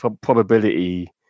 probability